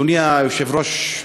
אדוני היושב-ראש,